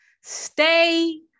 stay